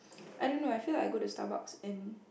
I don't know I feel like go to Starbucks and